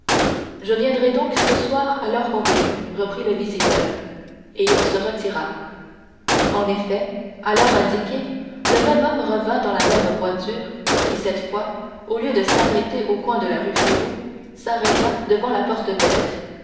je reviendrai donc ce soir à l'heure convenue reprit le visiteur et il se retira en effet à l'heure indiquée le même homme revint dans la même voiture qui cette fois au lieu de s'arrêter au coin de la rue férou s'arrêta devant la porte verte